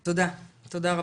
תודה, תודה רבה.